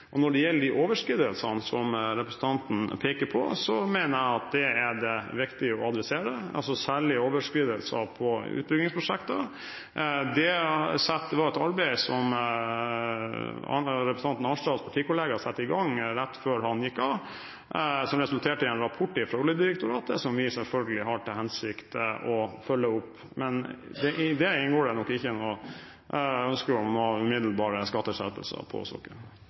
Når det gjelder de overskridelsene som representanten peker på, mener jeg at dette er det viktig å adressere, særlig overskridelser på utbyggingsprosjekter. Det var et arbeid som representanten Arnstads partikollega satte i gang rett før han gikk av, og som resulterte i en rapport fra Oljedirektoratet, som vi selvfølgelig har til hensikt å følge opp. Men i det inngår det nok ikke noe ønske om noen umiddelbare skatteskjerpelser for sokkelen.